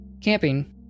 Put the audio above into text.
Camping